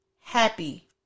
happy